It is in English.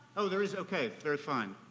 oh there is? okay, very fine.